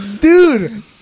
dude